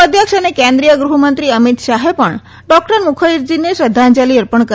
ભા અધ્યક્ષ અને કેન્દ્રિય ગૃહમંત્રી અમિત શાહે ણ ડોકટર મુખ ીને શ્રધ્ધાં લી અર્ત ઊ કરી